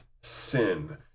sin